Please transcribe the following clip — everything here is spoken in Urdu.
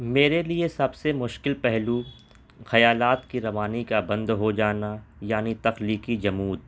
میرے لیے سب سے مشکل پہلو خیالات کی روانی کا بند ہو جانا یعنی تخلیقی جمود